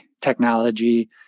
technology